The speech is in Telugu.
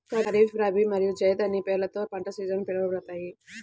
ఖరీఫ్, రబీ మరియు జైద్ అనే పేర్లతో పంట సీజన్లు పిలవబడతాయి